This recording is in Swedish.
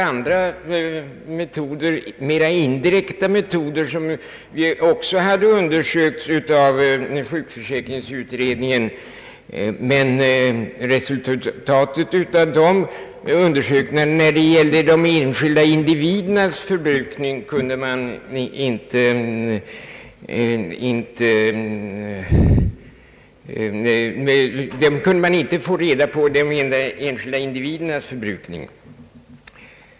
Andra, mera indirekta metoder har också prövats av sjukförsäkringsutredningen, men med dem kunde man inte få reda på de enskilda individernas förbrukning.